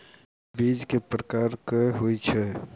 बीज केँ प्रकार कऽ होइ छै?